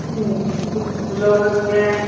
ꯁꯤꯃꯁꯨ ꯂꯧꯔꯒꯦ